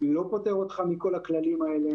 היא לא פוטרת אותך מכל הכללים האלה.